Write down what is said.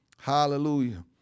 Hallelujah